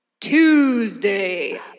Tuesday